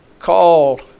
Called